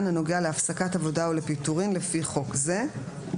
הנוגע להפסקת עבודה או לפיטורין לפי חוק זה.